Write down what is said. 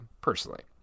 personally